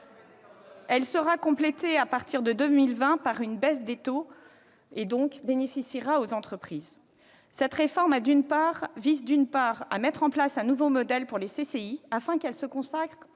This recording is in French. Elle sera complétée à partir de 2020 par une baisse des taux. Là encore, cette mesure bénéficiera aux entreprises. Cette réforme vise, d'une part, à mettre en place un nouveau modèle pour les CCI afin que celles-ci se